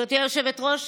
גברתי היושבת-ראש,